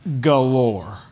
galore